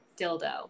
dildo